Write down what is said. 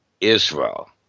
Israel